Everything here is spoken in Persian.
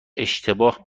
اشتباه